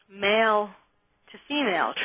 male-to-female